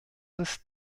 ist